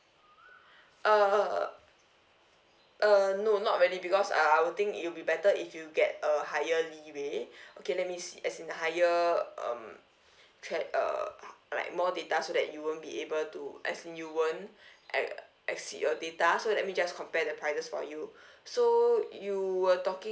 uh uh no not really because I I will think it'll be better if you get a higher leeway okay let me see as in higher um tr~ uh like more data so that you won't be able to as in you won't err exceed your data so let me just compare the prices for you so you were talking